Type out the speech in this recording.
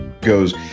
goes